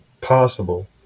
possible